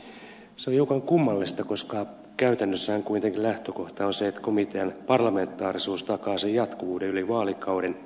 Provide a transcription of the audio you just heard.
se on hiukan kummallista koska käytännössähän kuitenkin lähtökohta on se että komitean parlamentaarisuus takaa sen jatkuvuuden yli vaalikauden